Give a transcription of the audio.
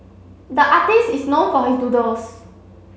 the artist is known for his doodles